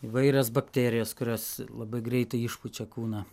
įvairios bakterijos kurios labai greitai išpučia kūną